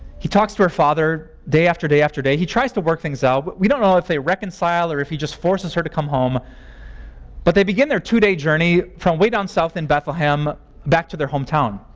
he talks to her father day after day after day. he tries to work things out. but we don't know if they reconciled or if he just forces her to come home but they begin their two day journey from way down south in bethlehem back to their hometown.